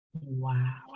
Wow